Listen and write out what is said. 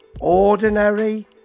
ordinary